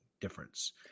difference